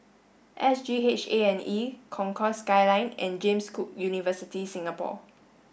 S G H A and E Concourse Skyline and James Cook University Singapore